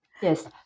Yes